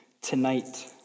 tonight